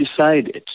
decided